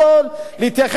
בני-אנוש.